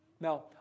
Now